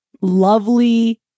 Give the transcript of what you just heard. lovely